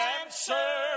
answer